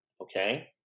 okay